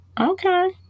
okay